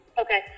Okay